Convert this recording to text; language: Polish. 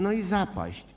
No i zapaść.